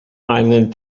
island